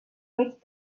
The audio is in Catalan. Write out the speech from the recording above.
mig